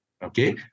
Okay